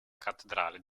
cattedrale